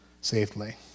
safely